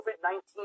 COVID-19